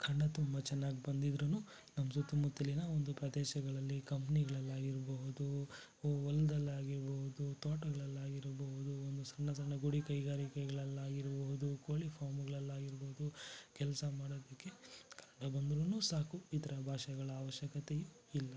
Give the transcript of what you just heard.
ಕನ್ನಡ ತುಂಬ ಚೆನ್ನಾಗಿ ಬಂದಿದ್ರುನೂ ನಮ್ಮ ಸುತ್ತಮುತ್ತಲಿನ ಒಂದು ಪ್ರದೇಶಗಳಲ್ಲಿ ಕಂಪ್ನಿಗಳಲ್ಲಾಗಿರ್ಬಹುದು ಹೊಲ್ದಲ್ಲಾಗಿರ್ಬಹುದು ತೋಟಗಳಲ್ಲಾಗಿರ್ಬಹುದು ಒಂದು ಸಣ್ಣ ಸಣ್ಣ ಗುಡಿ ಕೈಗಾರಿಕೆಗಳಲ್ಲಾಗಿರ್ಬಹುದು ಕೋಳಿ ಫಾರ್ಮುಗಳಲ್ಲಾಗಿರ್ಬೋದು ಕೆಲಸ ಮಾಡೋದಕ್ಕೆ ಕನ್ನಡ ಬಂದ್ರೂ ಸಾಕು ಇತರ ಭಾಷೆಗಳ ಅವಶ್ಯಕತೆಯೇ ಇಲ್ಲ